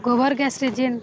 ଗୋବର ଗ୍ୟାସ୍ରେ ଜିନ୍